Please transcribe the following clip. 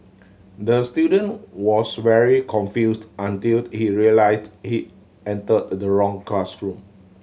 the student was very confused until he realised he entered the wrong classroom